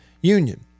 union